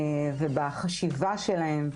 ובחשיבה שלהם.